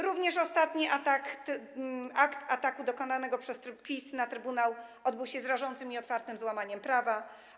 Również ostatni akt ataku dokonanego przez PiS na trybunał odbył się z rażącym i otwartym złamaniem prawa.